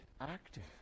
active